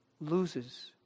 loses